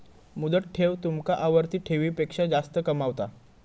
मुदत ठेव तुमका आवर्ती ठेवीपेक्षा जास्त कमावता